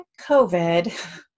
COVID